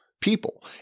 people